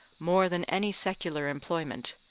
more than any secular employment,